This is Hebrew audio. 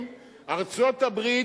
וארצות-הברית,